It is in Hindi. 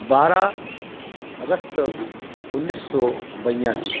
बारह अगस्त उन्नीस सौ बयासी